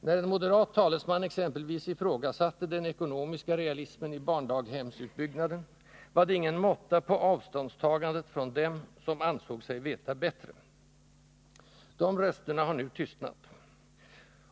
När en moderat talesman exempelvis ifrågasatte den ekonomiska realismen i barndaghemsutbyggnaden var det ingen måtta på avståndstagandet från dem som ansåg sig veta bättre. De rösterna har nu tystnat.